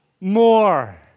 more